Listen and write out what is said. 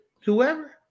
whoever